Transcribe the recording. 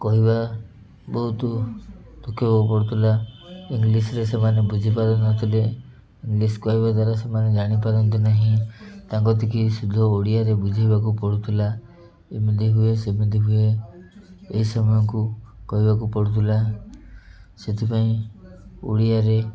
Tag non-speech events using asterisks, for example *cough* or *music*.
କହିବା ବହୁତ *unintelligible* ହେବାକୁ ପଡ଼ୁଥିଲା ଇଂଗ୍ଲିଶ୍ରେ ସେମାନେ ବୁଝି ପାରୁନଥିଲେ ଇଂଗ୍ଲିଶ୍ କହିବା ଦ୍ୱାରା ସେମାନେ ଜାଣିପାରନ୍ତି ନାହିଁ ତାଙ୍କ ଦେଖି ଶୁଦ୍ଧ ଓଡ଼ିଆରେ ବୁଝେଇବାକୁ ପଡ଼ୁଥିଲା ଏମିତି ହୁଏ ସେମିତି ହୁଏ ଏହି ସମୟକୁ କହିବାକୁ ପଡ଼ୁଥିଲା ସେଥିପାଇଁ ଓଡ଼ିଆରେ